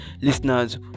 listeners